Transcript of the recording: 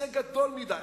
זה גדול מדי,